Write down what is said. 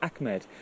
Ahmed